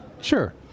Sure